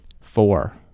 four